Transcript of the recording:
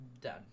done